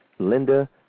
Linda